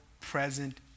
present